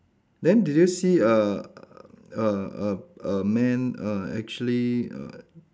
then did you see a a a a man a actually err